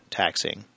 taxing